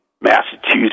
Massachusetts